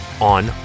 on